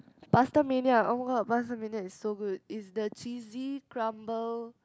PastaMania [oh]-my-god PastaMania is so good is the cheesy crumble